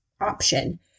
option